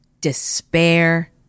despair